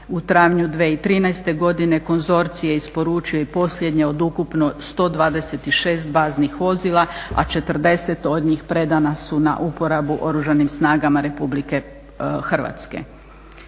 U travnju 2013. godine konzorcij je isporučio i posljednje od ukupno 126 baznih vozila, a 40 od njih predana su na uporabu Oružanim snagama Republike Hrvatske.